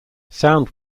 sound